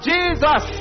Jesus